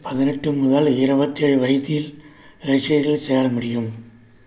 பதினெட்டு முதல் இருவத்தேழு வயதில் ரஷ்யர்கள் சேர முடியும்